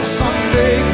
someday